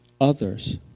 others